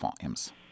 volumes